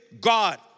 God